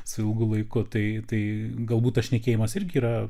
su ilgu laiku tai tai galbūt tas šnekėjimas irgi yra